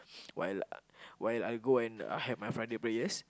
while I while I go and have my Friday prayers